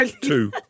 Two